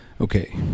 Okay